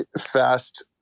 fast